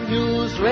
News